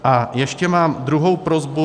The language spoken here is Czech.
A ještě mám druhou prosbu.